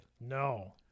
No